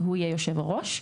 והוא יהיה יושב הראש,